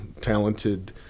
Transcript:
talented